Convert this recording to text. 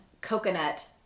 coconut